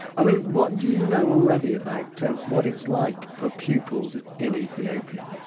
i mean what do you know already about to what it's like for pupils in ethiopia?